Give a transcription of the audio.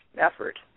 effort